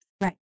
right